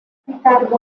ricardo